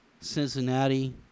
Cincinnati